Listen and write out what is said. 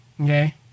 Okay